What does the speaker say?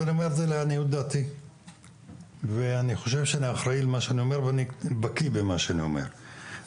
ואני אומר את זה לעניות דעתי ואני חושב שאני אחראי ובקיא במה שאני אומר,